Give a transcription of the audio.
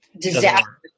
disaster